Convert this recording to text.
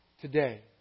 today